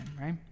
right